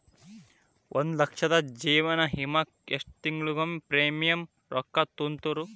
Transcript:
ಒಂದ್ ಲಕ್ಷದ ಜೇವನ ವಿಮಾಕ್ಕ ಎಷ್ಟ ತಿಂಗಳಿಗೊಮ್ಮೆ ಪ್ರೇಮಿಯಂ ರೊಕ್ಕಾ ತುಂತುರು?